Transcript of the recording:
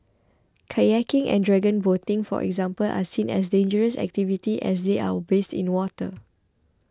kayaking and dragon boating for example are seen as dangerous activities as they are based in water